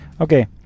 Okay